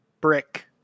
Brick